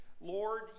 Lord